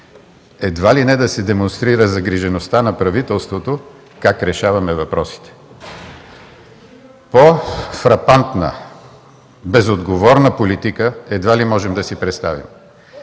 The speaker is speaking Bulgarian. едва ли не да се демонстрира загрижеността на правителството как решава въпросите. По-фрапантна, безотговорна политика едва ли можем да си представим.